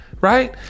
right